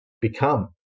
become